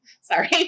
Sorry